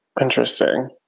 Interesting